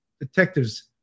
detectives